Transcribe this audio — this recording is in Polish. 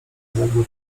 zaległy